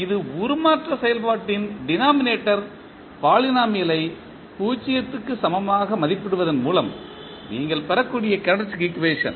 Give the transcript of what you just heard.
இது உருமாற்ற செயல்பாட்டின் டினாமிநேட்டர் பாலினாமியல் ஐ 0 க்கு சமமாக மதிப்பிடுவதன் மூலம் நீங்கள் பெறக்கூடிய கேரக்டரிஸ்டிக் ஈக்குவேஷன்